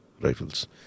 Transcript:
rifles